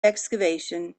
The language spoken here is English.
excavation